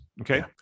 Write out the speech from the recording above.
Okay